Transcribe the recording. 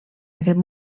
aquest